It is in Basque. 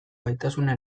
gaitasuna